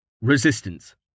Resistance